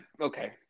Okay